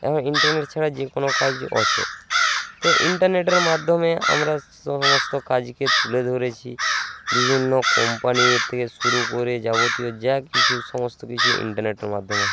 এখন ইন্টারনেট ছাড়া যে কোনো কাজ অচল তো ইন্টারনেটের মাধ্যমে আমরা সমস্ত কাজকে তুলে ধরেছি বিভিন্ন কোম্পানির থেকে শুরু করে যাবতীয় যা কিছু সমস্ত কিছুই ইন্টারনেটের মাধ্যমে